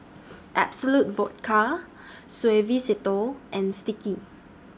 Absolut Vodka Suavecito and Sticky